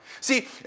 See